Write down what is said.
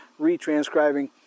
retranscribing